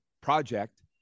project